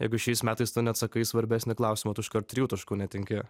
jeigu šiais metais tu neatsakai į svarbesnį klausimą tu iškart trijų taškų netenki